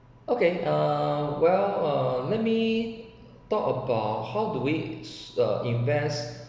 okay err well err let me talk about how do we uh invest